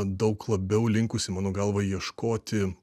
daug labiau linkusi mano galva ieškoti